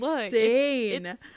Insane